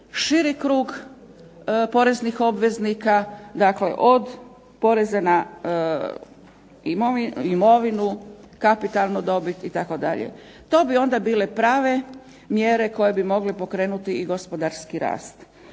širi krug poreznih obveznika, dakle od poreza na imovinu, kapitalnu dobit itd. To bi onda bile prave mjere koje bi mogle pokrenuti i gospodarski rast.